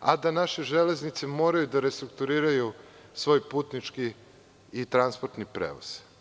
a da naše „Železnice“ moraju da restrukturiraju svoj putnički i transportni prevoz.